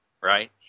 Right